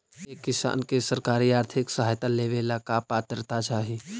एक किसान के सरकारी आर्थिक सहायता लेवेला का पात्रता चाही?